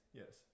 yes